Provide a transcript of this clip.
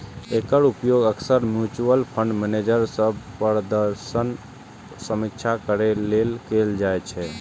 एकर उपयोग अक्सर mutual fund manager सभक प्रदर्शनक समीक्षा करै लेल कैल जाइ छै